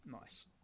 Nice